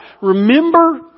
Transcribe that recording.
Remember